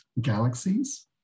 galaxies